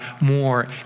more